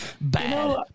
Bad